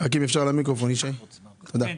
אפשר להיכנס לאתר